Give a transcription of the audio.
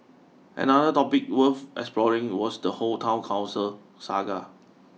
another topic worth exploring was the whole town council saga